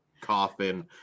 coffin